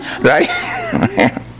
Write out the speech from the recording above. right